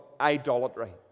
idolatry